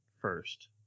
first